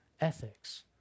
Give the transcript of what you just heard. ethics